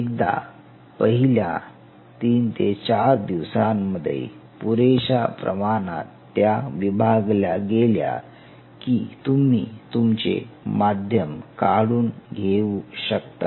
एकदा पहिल्या 3 4 दिवसांमध्ये पुरेशा प्रमाणात त्या विभागल्या गेल्या की तुम्ही तुमचे माध्यम काढून घेऊ शकता